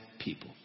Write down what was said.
people